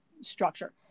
structure